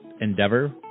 endeavor